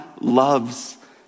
loves